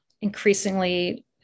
increasingly